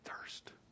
thirst